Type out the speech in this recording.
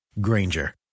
granger